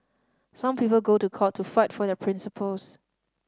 some people go to court to fight for their principles